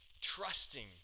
Trusting